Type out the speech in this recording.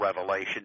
revelation